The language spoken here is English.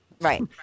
Right